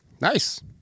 Nice